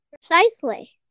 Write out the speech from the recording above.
Precisely